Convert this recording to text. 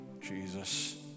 Jesus